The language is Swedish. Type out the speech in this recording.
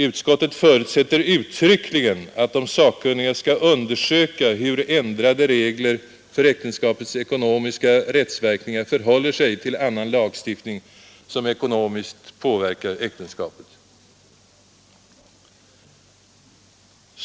Utskottet förutsätter uttryckligen att de sakkunniga skall undersöka hur ändrade regler för äktenskapets ekonomiska rättsverkningar förhåller sig till annan lagstiftning, som ekonomiskt påverkar äktenskapet.